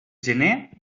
gener